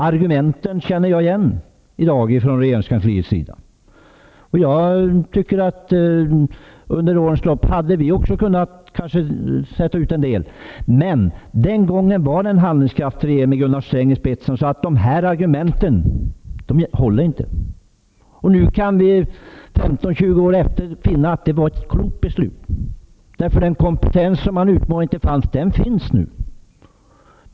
Jag känner därför igen dagens argument från regeringskansliet. Under årens lopp hade också vi kanske kunnat utlokalisera mera, men glöm inte att det i början av 70-talet fanns det en handlingskraftig regering med Gunnar Sträng i spetsen. De här argumenten håller inte. Nu kan vi femton tjugo år senare finna att det var ett klokt beslut, därför att den kompetens som tidigare inte fanns finns nu.